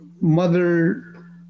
mother